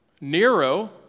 Nero